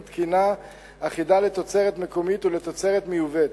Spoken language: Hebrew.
תקינה אחידה לתוצרת מקומית ולתוצרת מיובאת.